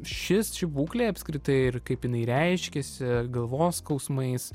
šis ši būklė apskritai ir kaip jinai reiškiasi galvos skausmais